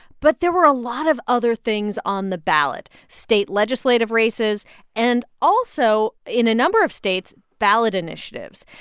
but there were a lot of other things on the ballot state legislative races and also, in a number of states, ballot initiatives.